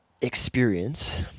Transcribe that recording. experience